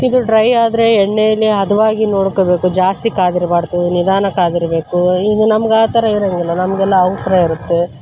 ಇದು ಡ್ರೈ ಆದರೆ ಎಣ್ಣೇಲಿ ಹದವಾಗಿ ನೋಡ್ಕೋಬೇಕು ಜಾಸ್ತಿ ಕಾದಿರಬಾರ್ದು ನಿಧಾನಕ್ಕೆ ಆಗಿರಬೇಕು ಈಗ ನಮ್ಗೆ ಆ ಥರ ಇರೋಂಗಿಲ್ಲ ನಮಗೆಲ್ಲ ಅವ್ಸರ ಇರುತ್ತೆ